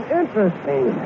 interesting